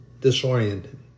disoriented